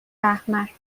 احمر